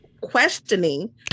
questioning